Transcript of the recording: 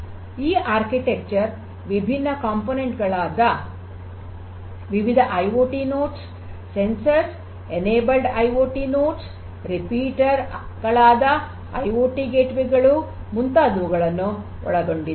ಈ ವಾಸ್ತುಶಿಲ್ಪ ವಿಭಿನ್ನ ಘಟಕಗಳಾದ ವಿವಿಧ IoT nodes sensor enabled IoT nodes repeater ಗಳಾದ ಐಓಟಿ ಗೇಟ್ವೇ ಗಳು ಮುಂತಾದವುಗಳನ್ನು ಒಳಗೊಂಡಿದೆ